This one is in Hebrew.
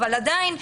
אבל עדיין,